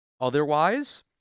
otherwise